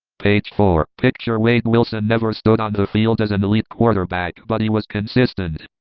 page four, picture wade wilson, never stood on the field as an elite quarterback but he was consistent